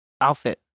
outfit